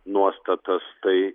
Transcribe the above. nuostatas tai